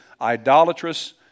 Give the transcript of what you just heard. idolatrous